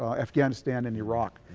afghanistan and iraq.